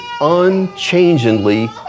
unchangingly